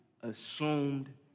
assumed